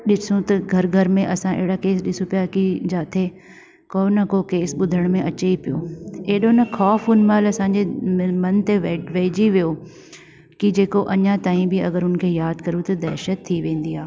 ॾिसो त घर घर में असां अहिड़ा केस ॾिसूं पिया की जिते को न को केस ॿुधण में अचे ई पियो एॾो न ख़ौफ उन महिल असांजे मन ते वहिजी वियो कि जेको अञा ताईं बि अगर उन खे यादि कयूं त दहशत थी वेंदी आहे